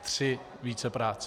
Tři vícepráce.